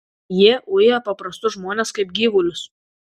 jie uja paprastus žmones kaip gyvulius